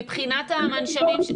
מבחינת המנשמים.